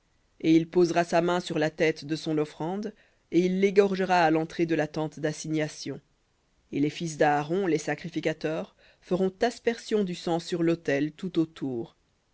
et il posera sa main sur la tête de son offrande et il l'égorgera à l'entrée de la tente d'assignation et les fils d'aaron les sacrificateurs feront aspersion du sang sur l'autel tout autour